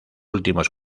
últimos